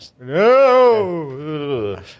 no